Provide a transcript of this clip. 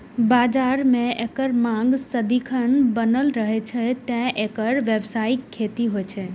बाजार मे एकर मांग सदिखन बनल रहै छै, तें एकर व्यावसायिक खेती होइ छै